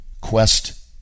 Quest